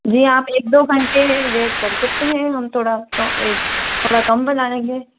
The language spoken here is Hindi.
जी आप एक दो घंटे वेट कर सकती हैं हम थोड़ा आपको एक थोड़ा कम बना लेंगे